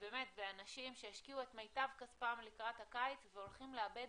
באנשים שהשקיעו את מיטב כספם לקראת הקיץ והולכים לאבד